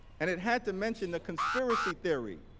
and it had to mention the conspiracy theory